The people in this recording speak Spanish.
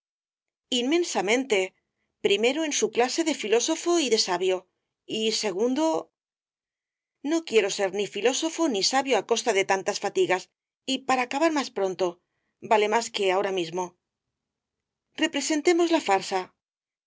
inmensamente primero en su clase de filósofo y de sabio y segundo no quiero ser ni filósofo ni sabio á costa de tantas fatigas y para acabar más pronto vale más que ahora mismo representemos la farsa